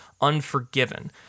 Unforgiven